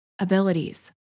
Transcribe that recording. abilities